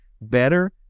better